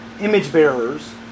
image-bearers